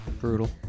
Brutal